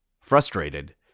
Frustrated